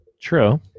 True